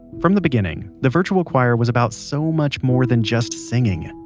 from the beginning, the virtual choir was about so much more than just singing.